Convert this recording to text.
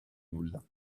nulla